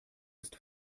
ist